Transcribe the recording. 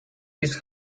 his